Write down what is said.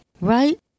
right